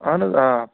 اَہن حظ آ